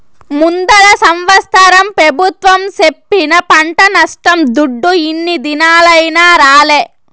ముందల సంవత్సరం పెబుత్వం సెప్పిన పంట నష్టం దుడ్డు ఇన్ని దినాలైనా రాలే